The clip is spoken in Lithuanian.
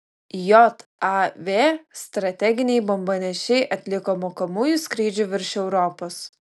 jav strateginiai bombonešiai atliko mokomųjų skrydžių virš europos